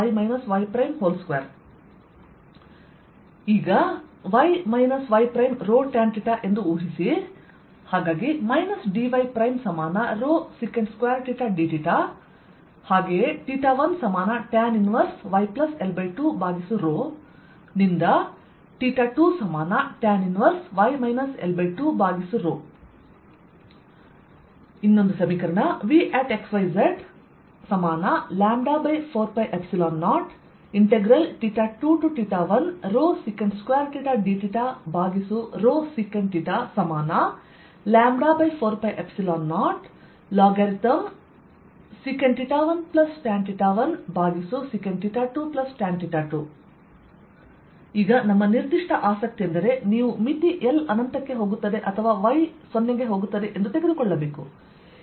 Vxyz4π0 L2L2dy2y y2 Let y yρ tanθ ∴ dyρθdθ 1yL2 to 2 y L2 Vxyz4π021θdθ sec 4π0ln⁡|sec1tan1sec2tan2| ಈಗ ನಮ್ಮ ನಿರ್ದಿಷ್ಟ ಆಸಕ್ತಿಯೆಂದರೆ ನೀವು ಮಿತಿ L ಅನಂತಕ್ಕೆ ಹೋಗುತ್ತದೆ ಅಥವಾ y 0 ಗೆ ಹೋಗುತ್ತದೆ ಎಂದು ತೆಗೆದುಕೊಳ್ಳಬೇಕು